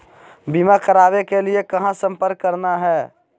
बीमा करावे के लिए कहा संपर्क करना है?